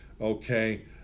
Okay